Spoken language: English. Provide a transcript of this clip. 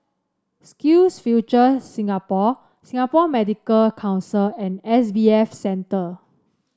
SkillsFuture Singapore Singapore Medical Council and S B F Center